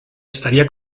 estaría